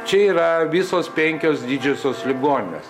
čia yra visos penkios didžiosios ligoninės